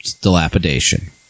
dilapidation